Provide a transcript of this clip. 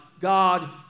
God